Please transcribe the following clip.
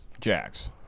Jack's